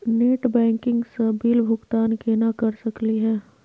Net banking स bill भुगतान केना कर सकली हे?